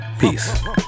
Peace